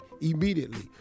immediately